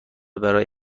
برای